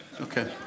Okay